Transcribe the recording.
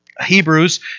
Hebrews